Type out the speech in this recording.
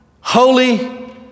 holy